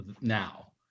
now